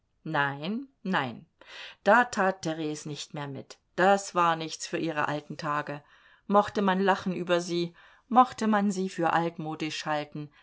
nein nein da tat theres nicht mehr mit das war nichts für ihre alten tage mochte man lachen über sie mochte man sie für altmodisch halten